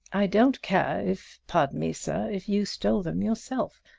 i don't care if pardon me, sir if you stole them yourself!